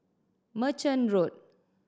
Merchant Road